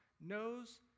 knows